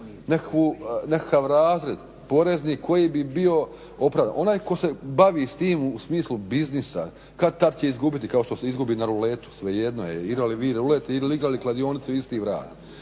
nekakav razred porezni koji bi bio opravdan. Onaj tko se bavi s tim u smislu biznisa kad-tad će izgubiti kao što izgubi na ruletu svejedno je. igrali vi rulet ili igrali kladionicu isti je vrag,